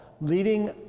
leading